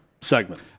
segment